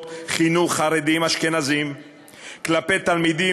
חינוך חרדיים אשכנזיים כלפי תלמידים,